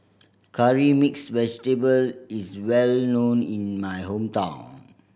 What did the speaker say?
Curry Mixed Vegetable is well known in my hometown